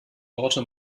worte